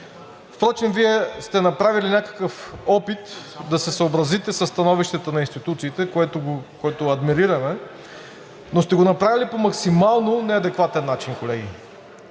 Впрочем Вие сте направили някакъв опит да се съобразите със становището на институциите, което адмирираме, но сте го направили по максимално неадекватен начин, колеги.